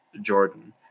Jordan